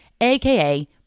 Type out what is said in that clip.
aka